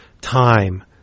time